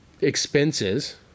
expenses